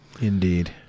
Indeed